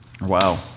Wow